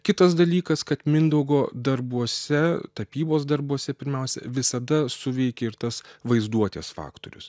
kitas dalykas kad mindaugo darbuose tapybos darbuose pirmiausia visada suveikia ir tas vaizduotės faktorius